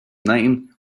name